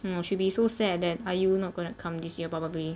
no she'll be so sad that are you not gonna come this year probably